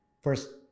first